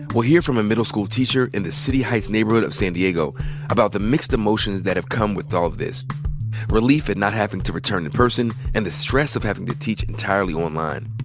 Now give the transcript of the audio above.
we'll hear from a middle school teacher in the city heights neighborhood of san diego about the mixed emotions that have come with all this relief at not having to return in person and the stress of having to teach entirely online.